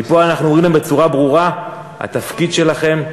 מפה אנחנו אומרים להם בצורה ברורה: התפקיד שלכם,